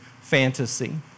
fantasy